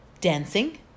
Dancing